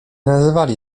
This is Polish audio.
nazywali